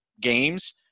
games